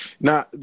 Now